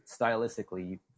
stylistically